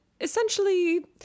Essentially